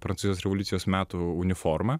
prancūzijos revoliucijos metų uniformą